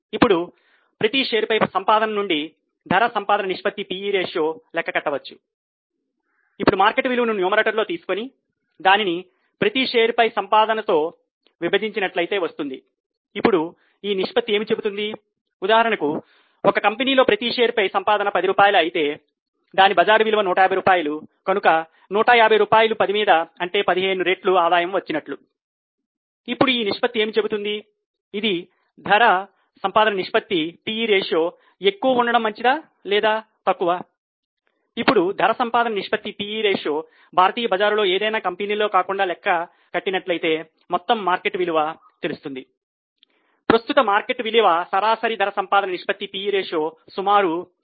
ఇప్పుడు ప్రతి షేర్ పై సంపాదన నుండి ధర సంపాదన నిష్పత్తి సుమారు 25